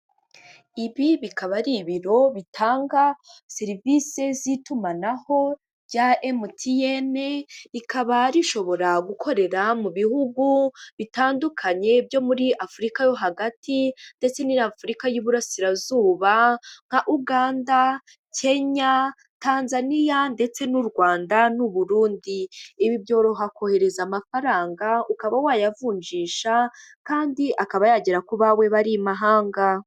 Ibi bikaba ari ibiro bitanga serivise z'itumanaho rya MTN, rikaba rishobora gukorera mu bihugu bitandukanye byo muri Afurika yo hagati ndetse n'i Afurika y'Uburasirazuba nka Uganda, Kenya, Tanzania ndetse n'u Rwanda n' Uburundi, ibi byoroha kohereza amafaranga ukaba wayavunjisha kandi akaba yagera ku bawe bari i Mahanga.